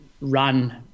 run